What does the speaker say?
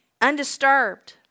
Undisturbed